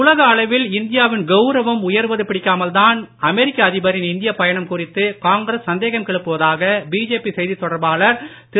உலக அளவில் இந்தியா வின் கௌரவம் உயர்வது பிடிக்காமல்தான் அமெரிக்க அதிபரின் இந்தியப் பயணம் குறித்து காங்கிரஸ் சந்தேகம் கிளப்புவதாக பிஜேபி செய்தித் தொடர்பாளர் திரு